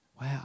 Wow